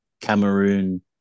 cameroon